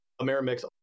Amerimix